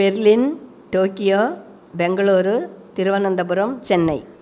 Berlin Tokyo Bengaluru Thiruvananthapuram Chennai